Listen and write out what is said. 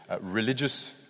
religious